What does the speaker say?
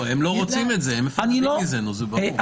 הם לא רוצים את זה, הם מפחדים מזה, זה ברור.